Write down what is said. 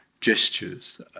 gestures